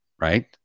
right